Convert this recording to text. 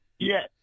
Yes